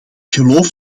geloof